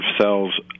cells